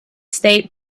state